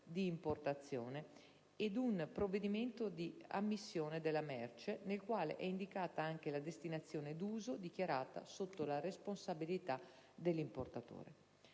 di importazione ed un provvedimento di ammissione della merce nel quale è indicata anche la destinazione d'uso dichiarata sotto la responsabilità dell'importatore.